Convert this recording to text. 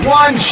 one